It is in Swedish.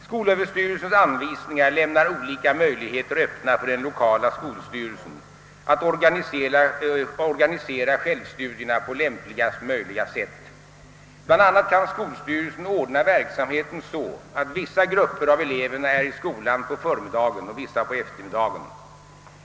Skolöverstyrelsens anvisningar lämnar olika möjligheter öppna för den lokala skolstyrelsen att organisera självstudierna på lämpligaste möjliga sätt. Bl. a. kan skolstyrelsen ordna verksamheten så, att vissa grupper av eleverna är i skolan på förmiddagen och vissa på eftermiddagen.